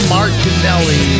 Martinelli